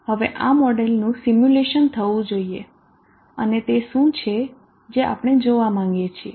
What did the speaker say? હવે આ મોડેલનું સિમ્યુલેશન થવું જોઈએ અને તે શું છે જે આપણે જોવા માંગીએ છીએ